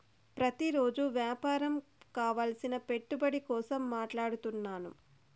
ప్రతిరోజు వ్యాపారం కావలసిన పెట్టుబడి కోసం మాట్లాడుతున్నాను